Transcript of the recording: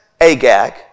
Agag